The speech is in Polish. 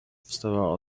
wstawała